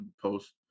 post